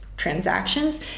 transactions